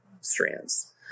strands